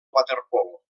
waterpolo